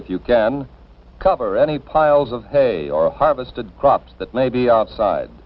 if you can cover any piles of hay or harvested crops that may be outside